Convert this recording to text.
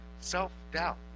self-doubt